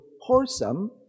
wholesome